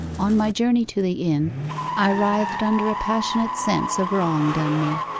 on my journey to the inn i writhed under a passionate sense of wrong done me.